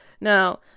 now